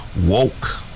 woke